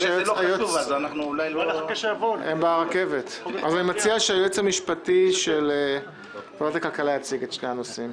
אני מציע שהיועץ המשפטי של ועדת הכלכלה יציג את שני הנושאים.